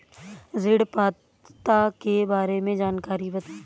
ऋण पात्रता के बारे में जानकारी बताएँ?